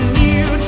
new